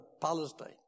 Palestine